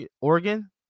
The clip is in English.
Oregon